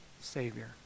Savior